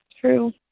true